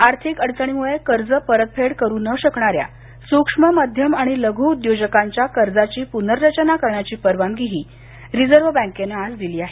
आर्थिक अडचणीमुळे कर्ज परतफेड करु न शकणाऱ्या सूक्ष्म मध्यम आणि लघु उद्योजकांच्या कर्जाची पुनर्रचना करण्याची परवानगीही रिझर्व्ह बँकेनं आज दिली आहे